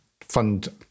fund